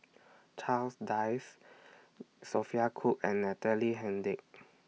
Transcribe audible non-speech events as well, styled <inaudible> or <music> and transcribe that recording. Charles Dyce <noise> Sophia Cooke and Natalie Hennedige